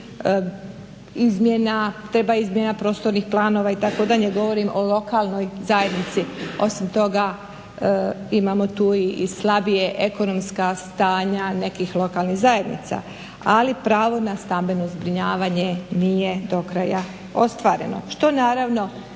treba izmjena prostornih planova itd. Govorim o lokalnoj zajednici. Osim toga, imamo tu i slabija ekonomska stanja nekih lokalnih zajednica, ali pravo na stambeno zbrinjavanje nije do kraja ostvareno